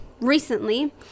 recently